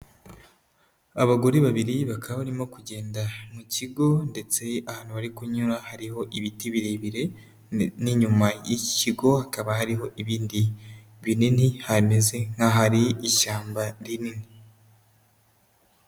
Abagore babiri bakaba barimo kugenda mu kigo ndetse ahantu bari kunyura hariho ibiti birebire n'inyuma y'iki kigo hakaba hariho ibindi binini, hameze nk'ahari ishyamba rinini.